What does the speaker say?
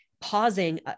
pausing